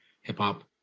hip-hop